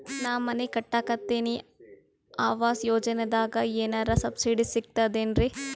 ನಾ ಮನಿ ಕಟಕತಿನಿ ಆವಾಸ್ ಯೋಜನದಾಗ ಏನರ ಸಬ್ಸಿಡಿ ಸಿಗ್ತದೇನ್ರಿ?